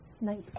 Nice